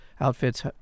outfits